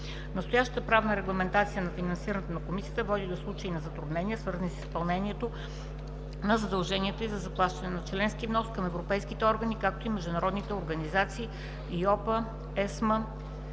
Настоящата правна регламентация на финансирането на Комисията води до случаи на затруднения, свързани и с изпълнението на задълженията й за заплащане на членски внос в европейските органи, както и на международните организации IOSCO, IOPS